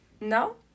No